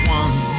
one